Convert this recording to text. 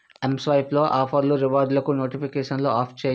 mSwipe లో ఆఫర్లు reward లకు నోటిఫికకేషన్లు ఆఫ్ చేయి